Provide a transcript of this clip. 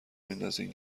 میندازین